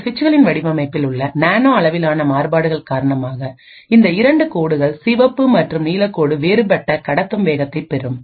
இந்த சுவிட்சுகளின் வடிவமைப்பில் உள்ள நானோ அளவிலான மாறுபாடுகள் காரணமாக இந்த இரண்டு கோடுகள் சிவப்பு மற்றும் நீல கோடு வேறுபட்ட கடத்தும் வேகத்தை பெரும்